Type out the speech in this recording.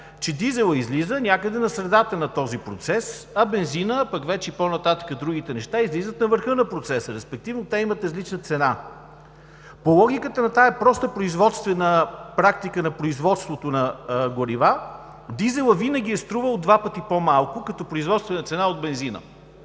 че дизелът излиза някъде на средата на този процес, а бензинът, пък вече по-нататък и другите неща, излизат на върха на процеса, респективно те имат различна цена. По логиката на тази проста производствена практика на производството на горива, дизелът винаги е струвал два пъти по-малко, като производствена цена от бензина,